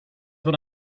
what